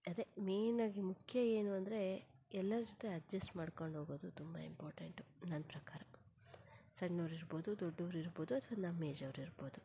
ಅದೆ ಮೇನ್ ಆಗಿ ಮುಖ್ಯ ಏನು ಅಂದರೆ ಎಲ್ಲರ ಜೊತೆ ಅಡ್ಜಸ್ಟ್ ಮಾಡ್ಕೊಂಡು ಹೋಗೋದು ತುಂಬ ಇಂಪಾರ್ಟೆಂಟ್ ನನ್ನ ಪ್ರಕಾರ ಸಣ್ಣವ್ರು ಇರ್ಬೋದು ದೊಡ್ಡವ್ರು ಇರ್ಬೋದು ಅಥ್ವಾ ನಮ್ಮ ಏಜವ್ರು ಇರ್ಬೋದು